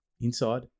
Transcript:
inside